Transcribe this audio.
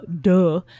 duh